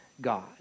God